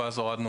ואז הורדנו